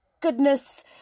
goodness